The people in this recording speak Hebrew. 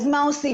אז מה עושים?